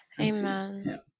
Amen